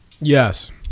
Yes